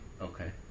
Okay